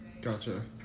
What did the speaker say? Gotcha